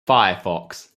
firefox